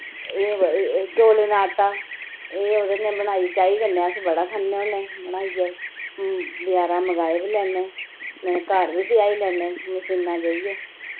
एह् चौलें दा आटा एह् ओह्दे नै बनाई चाही कन्नै अस बड़ा खन्ने होन्ने बनाइयै बजारा मगाई बी लैन्ने नि तां घर बी पिआही लैन्ने मशीना जाइयै